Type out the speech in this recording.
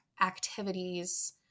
activities